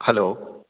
hello